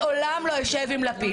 לעולם לא אשב עם לפיד.